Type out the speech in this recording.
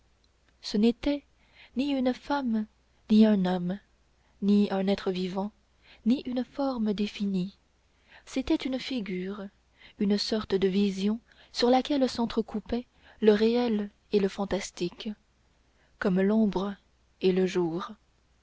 ce n'était ni une femme ni un homme ni un être vivant ni une forme définie c'était une figure une sorte de vision sur laquelle s'entrecoupaient le réel et le fantastique comme l'ombre et le jour